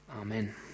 Amen